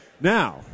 Now